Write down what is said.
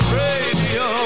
radio